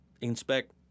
inspect